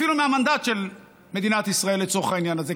אפילו מהמנדט של מדינת ישראל, לצורך העניין הזה.